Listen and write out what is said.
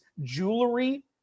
jewelry